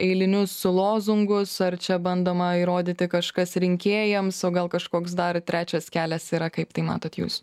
eilinius lozungus ar čia bandoma įrodyti kažkas rinkėjams o gal kažkoks dar trečias kelias yra kaip tai matot jūs